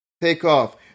takeoff